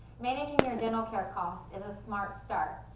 managing your dental care cost is a smart start.